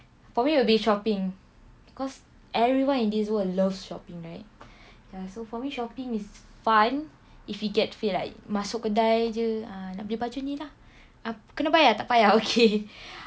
for me it will be shopping because everyone in this world loves shopping right ya so for me shopping is fun if you get feel like masuk kedai jer ah nak beli baju ni lah ah kena bayar tak payah bayar okay